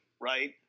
right